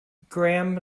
graham